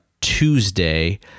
Tuesday